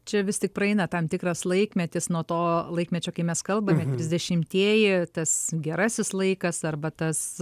čia vis tik praeina tam tikras laikmetis nuo to laikmečio kai mes kalbame trisdešimtieji tas gerasis laikas arba tas